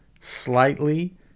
slightly